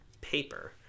paper